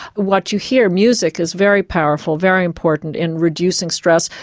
what you hear music is very powerful, very important in reducing stress.